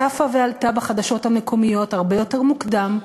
צפה ועלתה בחדשות המקומיות הרבה יותר מוקדם,